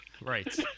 Right